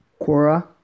Quora